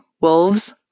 wolves